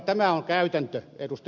tämä on käytäntö ed